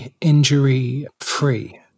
injury-free